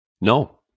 No